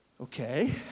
Okay